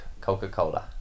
Coca-Cola